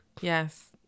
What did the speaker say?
Yes